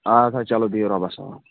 آ سا چلو بِہِو رۅبس حوال